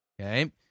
Okay